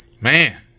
man